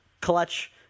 Clutch